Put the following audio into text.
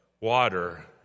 water